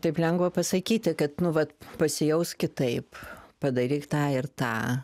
taip lengva pasakyti kad nu va pasijausk kitaip padaryk tą ir tą